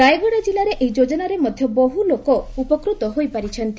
ରାୟଗଡ଼ା ଜିଲ୍ଲାରେ ଏହି ଯୋଜନାରେ ମଧ ବହୁ ଲୋକ ଉପକୃତ ହୋଇପାରିଛନ୍ତି